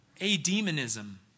a-demonism